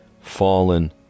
fallen